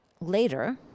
later